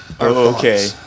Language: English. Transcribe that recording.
Okay